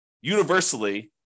universally